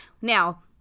Now